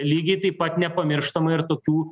lygiai taip pat nepamirštama ir tokių